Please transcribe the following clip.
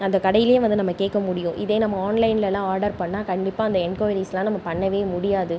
அந்த கடைலேயே வந்து நம்ம கேட்க முடியும் இதே நம்ம ஆன்லைன்லலாம் ஆர்டர் பண்ணால் கண்டிப்பாக அந்த என்கொயரீஸ்லாம் நம்ம பண்ணவே முடியாது